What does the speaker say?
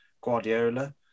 Guardiola